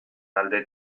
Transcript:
alde